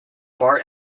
bart